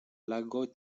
lago